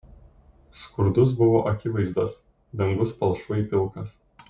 skurdus buvo akivaizdas dangus palšvai pilkas